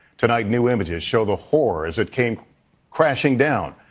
tonight, new images show the horror as it came crashing down.